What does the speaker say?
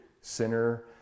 sinner